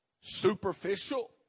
superficial